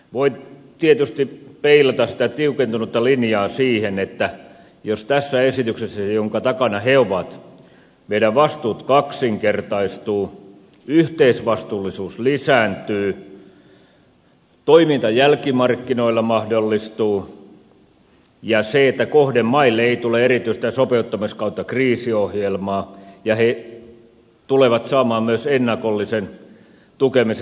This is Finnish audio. voi tietysti peilata sitä tiukentunutta linjaa siihen että tässä esityksessä jonka takana he ovat meidän vastuut kaksinkertaistuvat yhteisvastuullisuus lisääntyy toiminta jälkimarkkinoilla mahdollistuu ja kohdemaille ei tule erityistä sopeuttamis tai kriisiohjelmaa ja ne tulevat saamaan myös ennakollisen tukemisen mahdollisuuden